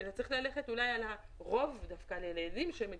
אלא צריך אולי צריך ללכת על רוב הילדים שמגיעים.